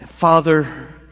Father